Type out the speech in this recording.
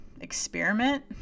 experiment